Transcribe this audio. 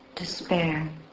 despair